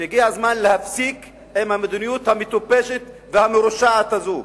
שהגיע הזמן להפסיק עם המדיניות המטופשת והמרושעת הזו.